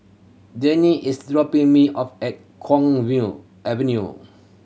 Journey is dropping me off at Kwong View Avenue